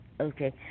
Okay